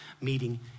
meeting